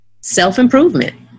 self-improvement